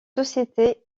société